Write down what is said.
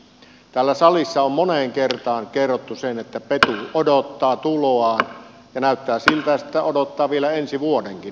täällä salissa on moneen kertaan kerrottu se että petu odottaa tuloaan ja näyttää siltä että odottaa vielä ensi vuodenkin